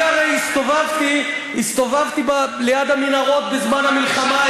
אני הרי הסתובבתי ליד המנהרות בזמן המלחמה,